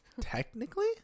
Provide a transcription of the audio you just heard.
Technically